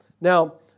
Now